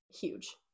huge